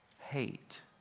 hate